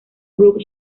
brooke